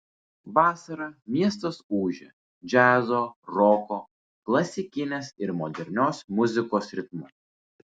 vasarą miestas ūžia džiazo roko klasikinės ir modernios muzikos ritmu